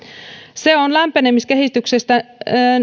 se on lämpenemiskehityksessä